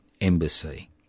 embassy